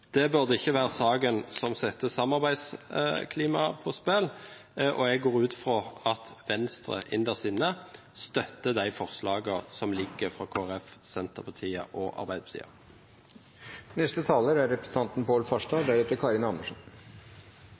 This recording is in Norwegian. burde ikke være den saken som setter samarbeidsklimaet på spill. Jeg går ut fra at Venstre innerst inne støtter de forslagene som foreligger fra Kristelig Folkeparti, Senterpartiet og